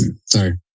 sorry